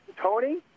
Tony